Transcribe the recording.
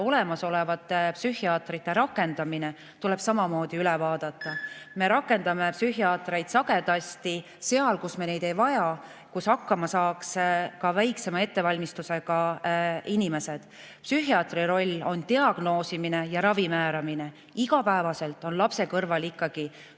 olemasolevate psühhiaatrite rakendamine tuleb samamoodi üle vaadata. Me rakendame psühhiaatreid sagedasti seal, kus me neid ei vaja, kus hakkama saaks ka väiksema ettevalmistusega inimesed. Psühhiaatri roll on diagnoosimine ja ravi määramine. Igapäevaselt on lapse kõrval ikkagi